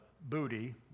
booty